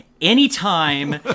anytime